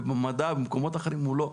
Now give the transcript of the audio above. במדע ובמקומות אחרים הוא לא טוב.